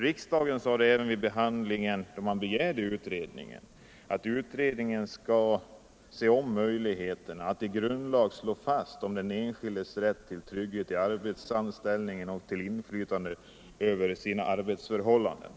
Riksdagen sade även vid sin behandling av kravet på denna utredning att den skulle ha till uppgift att i grundlag slå fast den enskildes rätt till trygghet i arbetsanställningen och till inflytande över sina arbetsförhållanden.